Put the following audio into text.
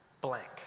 blank